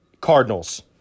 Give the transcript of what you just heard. Cardinals